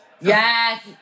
Yes